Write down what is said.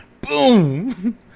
Boom